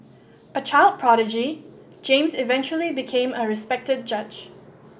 a child prodigy James eventually became a respected judge